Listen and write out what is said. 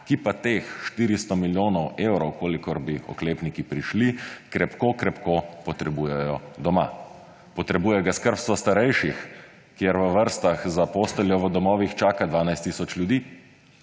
ki pa teh 400 milijonov evrov, kolikor bi oklepniki prišli, krepko potrebujejo doma. Potrebuje ga oskrbstvo starejših, kjer v vrstah za posteljo v domovih čaka 12 tisoč ljudi.